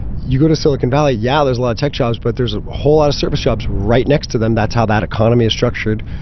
you go to silicon valley. yeah, there's a lot of tech jobs, but there's a whole lot of service jobs right next to them. that's how that economy is structured.